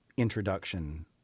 introduction